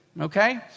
okay